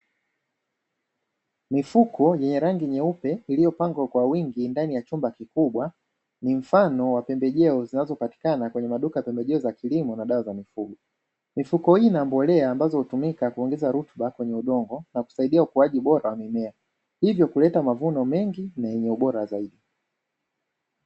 Mifuko yenye rangi nyeupe iliyopangwa kwa wingi ndani ya chumba kikubwa ni mfano wa pembejeo zinazopatikana kwenye maduka ya pembejeo za kilimo na dawa za mifugo, mifuko hii inambolea ambazo hutumika kuongeza rutuba kwenye udongo na kusaidia ukuaji bora wa mimea, hivyo kuleta mavuno mengi na yenye ubora zaidi.